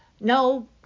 no